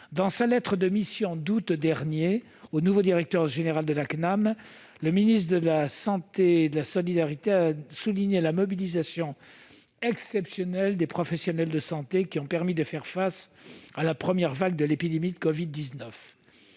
dans la lettre de mission du nouveau directeur général de la CNAM, le ministre des solidarités et de la santé a souligné la mobilisation exceptionnelle des professionnels de santé, qui a permis de faire face à la première vague de l'épidémie de covid-19.